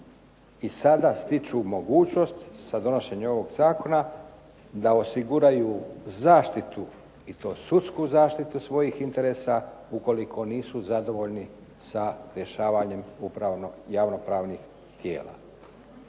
I sada stiču mogućnost, sa donošenjem ovog zakona, da osiguraju zaštitu i to sudsku zaštitu svojih interesa ukoliko nisu zadovoljni sa rješavanjem javno-pravnih tijela.